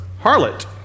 harlot